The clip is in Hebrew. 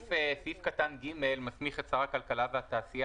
סעיף קטן (ג) מסמיך את שר הכלכלה והתעשייה